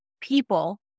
people